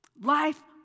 Life